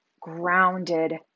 grounded